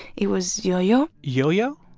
it was yo-yo yo-yo?